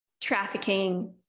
trafficking